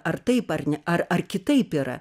ar taip ar ne ar ar kitaip yra